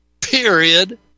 period